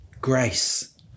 Grace